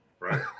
Right